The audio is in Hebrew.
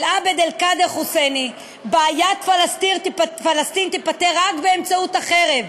של עבד אל-קאדר אל-חוסייני: בעיית פלסטין תיפתר רק באמצעות החרב.